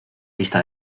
lista